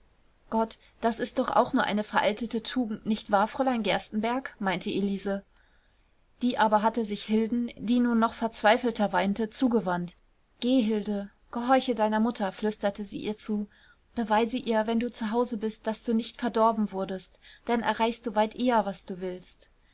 gott das ist doch auch nur eine veraltete tugend nicht wahr fräulein gerstenbergk meinte elise die aber hatte sich hilden die nun noch verzweifelter weinte zugewandt geh hilde gehorche deiner mutter flüsterte sie ihr zu beweise ihr wenn du zu hause bist daß du nicht verdorben wurdest dann erreichst du weit eher was du willst